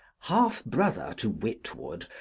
half brother to witwoud,